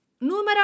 Numero